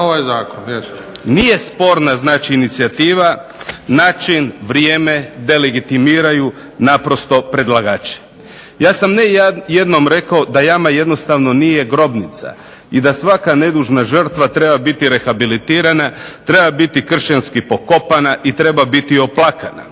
Nije sporna inicijativa, način, vrijeme, delegitimiraju naprosto predlagači. Ja sam ne jednom rekao da Jama jednostavno nije grobnica i da svaka nedužna žrtva treba biti rehabilitirana, treba biti kršćanski pokopana i treba biti oplakana.